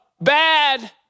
bad